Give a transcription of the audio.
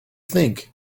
think